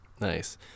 nice